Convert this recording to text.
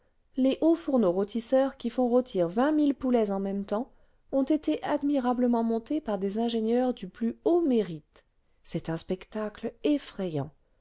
les hauts fourneaux rôtisseurs qui font rôtir vingt mille poulets en même temps ont été admirablement montés par des ingénieurs du plus haut mérite c'est un spectacle effrayant